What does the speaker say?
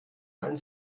ein